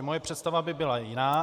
Moje představa by byla jiná.